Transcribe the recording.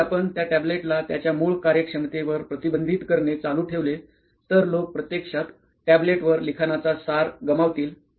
जर आपण त्या टॅब्लेटला त्याच्या मूळ कार्यक्षमतेवर प्रतिबंधित करणे चालू ठेवले तर लोक प्रत्यक्षात टॅब्लेटवर लिखाणाचा सार गमावतील